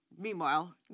Meanwhile